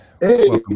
hey